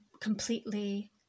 completely